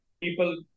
people